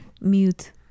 Mute